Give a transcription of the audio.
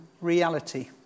reality